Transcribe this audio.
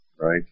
right